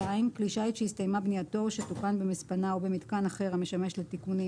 כלי שיט שהסתיימה בנייתו או שתוקן במספנה או במיתקן אחר המשמש לתיקונים,